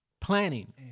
planning